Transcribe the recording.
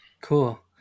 Cool